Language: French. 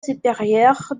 supérieure